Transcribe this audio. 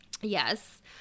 Yes